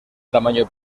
tamaño